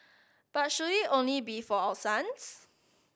but should it only be for our sons